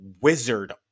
wizard